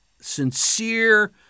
sincere